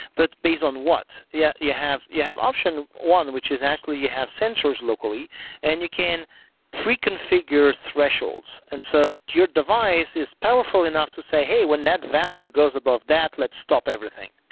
but based on what? yeah you have you have option one which is actually you have sensors locally and you can pre configure thresholds, and so your device is powerful enough to say, hey, when that value goes above that, let's stop everything.